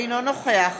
אינו נוכח